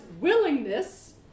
willingness